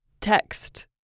text